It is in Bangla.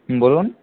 হুম বলুন